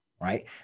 right